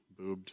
boobed